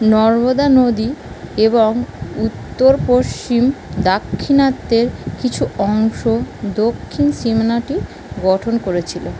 নর্মদা নদী এবং উত্তর পশ্চিম দাক্ষিণাত্যের কিছু অংশ দক্ষিণ সীমানাটি গঠন করেছিল